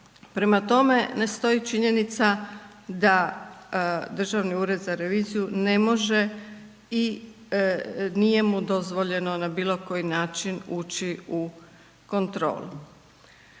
Prema tome, ne stoji činjenica da Državni ured za reviziju ne može i nije mu dozvoljeno na bilo koji način ući u kontrolu.